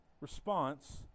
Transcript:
response